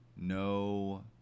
No